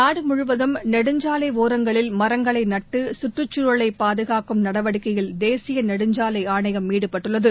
நாடுமுழுவதும் நெடுஞ்சாலைஓரங்களில் மரங்களைநட்டு கற்றுச்சூழலைபாதுகாக்கும் நடவடிக்கையில் தேசியநெடுஞ்சாலைஆணையம் ஈடுபட்டுள்ளது